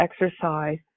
exercise